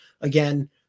again